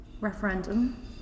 referendum